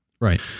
Right